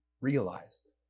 realized